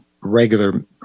regular